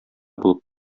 булып